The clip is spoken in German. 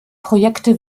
projekte